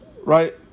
right